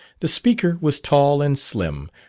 the speaker was tall and slim,